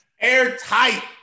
Airtight